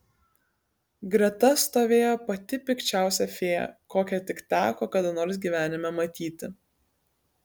greta stovėjo pati pikčiausia fėja kokią tik teko kada nors gyvenime matyti